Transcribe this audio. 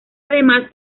además